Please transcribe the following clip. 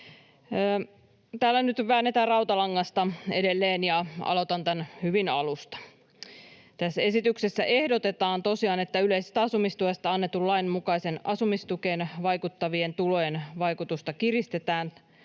Täällä nyt väännetään rautalangasta edelleen, ja aloitan tämän hyvin alusta. Tässä esityksessä ehdotetaan tosiaan, että yleisestä asumistuesta annetun lain mukaiseen asumistukeen vaikuttavien tulojen vaikutusta kiristetään,